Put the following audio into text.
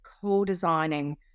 co-designing